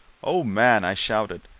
oh, man! i shouted,